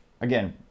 again